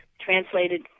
translated